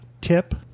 tip